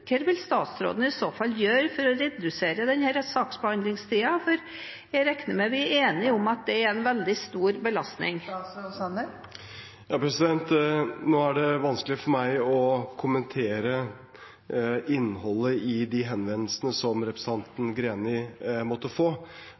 hva vil statsråden i så fall gjøre for å redusere denne saksbehandlingstiden? Jeg regner med at vi er enige om at det er en veldig stor belastning? Nå er det vanskelig for meg å kommentere innholdet i de henvendelsene som representanten Greni måtte få,